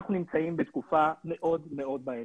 אנחנו נמצאים בתקופה מאוד מאוד בעייתית,